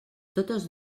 totes